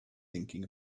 thinking